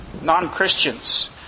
non-Christians